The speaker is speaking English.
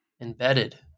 embedded